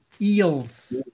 Eels